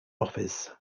office